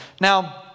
Now